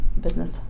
business